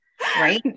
right